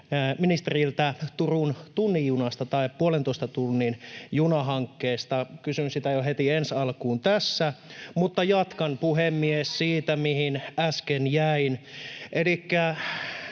ministeriltä myös Turun tunnin juna- tai puolentoista tunnin juna -hankkeesta. Kysyn siitä jo heti ensi alkuun tässä. Mutta, puhemies, jatkan siitä, mihin äsken jäin.